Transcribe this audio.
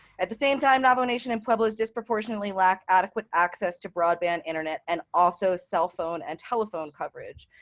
at the same time, navajo nation and pueblos disproportionately lack adequate access to broadband internet and also cell phone and telephone coverage.